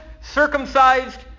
circumcised